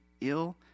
ill